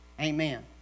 Amen